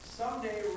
someday